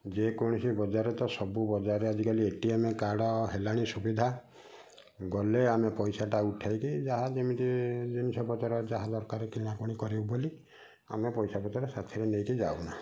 ଯେକୌଣସି ବଜାରରେ ତ ସବୁ ବଜାରରେ ଆଜିକାଲି ଏ ଟି ଏମ୍ କାର୍ଡ଼୍ ହେଲାଣି ସୁବିଧା ଗଲେ ଆମେ ପଇସାଟା ଉଠାଇକି ଯାହା ଯେମିତି ଜିନିଷ ପତ୍ର ଯାହା ଦରକାରେ କିଣା କୁଣି କରିବୁ ବୋଲି ଆମେ ପଇସା ପତ୍ର ସାଥୀରେ ନେଇକି ଯାଉନା